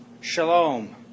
Shalom